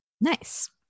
Nice